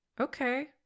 Okay